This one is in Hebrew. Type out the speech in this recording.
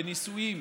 בנישואים,